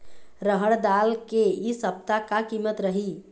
रहड़ दाल के इ सप्ता का कीमत रही?